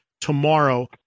tomorrow